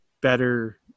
better